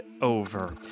over